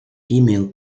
female